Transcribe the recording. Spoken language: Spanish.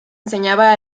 enseñaba